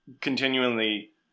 continually